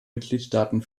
mitgliedstaaten